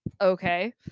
okay